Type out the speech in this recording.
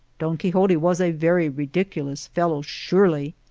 don quixote was a very ridiculous fellow surely!